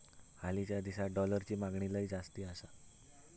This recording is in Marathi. हालीच्या दिसात डॉलरची मागणी लय जास्ती आसा